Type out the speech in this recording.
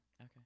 Okay